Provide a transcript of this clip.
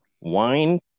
wine